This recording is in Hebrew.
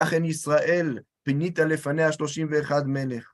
אכן ישראל פינית לפניה שלושים ואחד מלך.